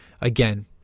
again